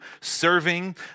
serving